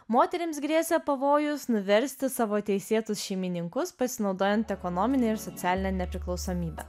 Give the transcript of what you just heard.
moterims grėsė pavojus nuversti savo teisėtus šeimininkus pasinaudojant ekonomine ir socialine nepriklausomybe